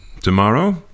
tomorrow